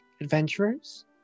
Adventurers